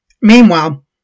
Meanwhile